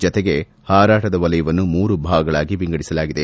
ಜತೆಗೆ ಹಾರಾಟದ ವಲಯವನ್ನು ಮೂರು ಭಾಗಗಳಾಗಿ ವಿಂಗಡಿಸಲಾಗಿದೆ